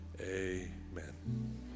Amen